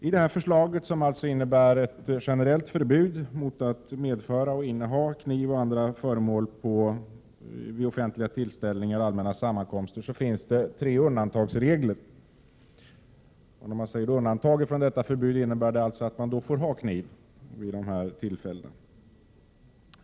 I förslaget, som innebär ett generellt förbud mot att medföra och inneha bl.a. kniv vid offentliga tillställningar och allmänna sammankomster, finns regler för undantag i tre fall. Undantag från förbudet innebär alltså att man får ha kniv vid vissa tillfällen.